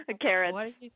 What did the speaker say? carrots